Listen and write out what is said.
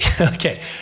Okay